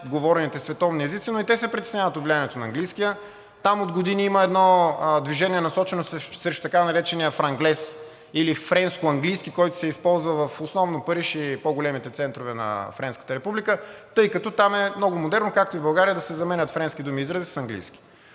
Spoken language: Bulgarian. най-говорените световни езици, но и те се притесняват от влиянието на английския. Там от години има едно движение, насочено срещу така наречения франглез, или френско-английски, който се използва основно в Париж и в по-големите центрове на Френската република, тъй като там е много модерно, както и в България, да се заменят френски думи и изрази с английски.